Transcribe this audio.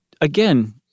again